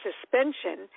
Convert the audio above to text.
suspension